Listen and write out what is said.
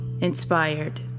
inspired